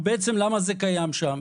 למה זה קיים שם?